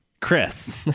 Chris